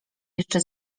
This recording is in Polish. jeszcze